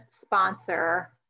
sponsor